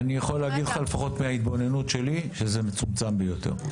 אני יכול להגיד לך לפחות מההתבוננות שלי שזה מצומצם ביותר.